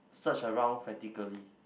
search around frantically